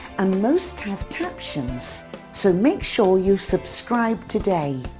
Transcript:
and most have captions so make sure you subscribe today.